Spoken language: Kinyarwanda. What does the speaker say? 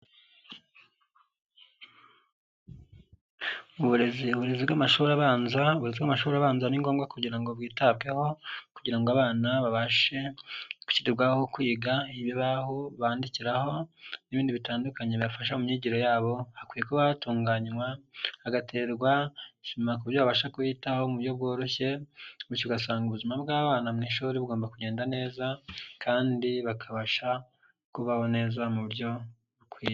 Uburezi. Uburezi bw'amashuri abanza, uburezi bw'amashuri abanza ni ngombwa kugira ngo bwitabweho, kugira ngo abana babashe kwitabwaho kwiga ibibaho bandikiraho n'ibindi bitandukanye bibafasha mu myigire yabo, hakwiye kuba hatunganywa hagaterwa sima ku buryo babasha kuyitaho mu buryo bworoshye ugasanga ubuzima bw'abana mu ishuri bugomba kugenda neza kandi bakabasha kubaho neza mu buryo bukwiye.